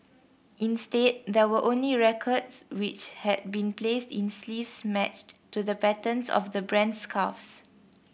instead there were only records which had been placed in sleeves matched to the patterns of the brand's scarves